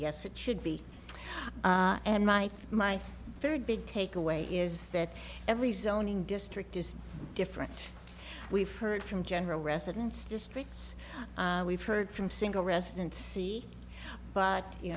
yes it should be and mike my third big takeaway is that every zoning district is different we've heard from general residents districts we've heard from single resident see but you